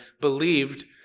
believed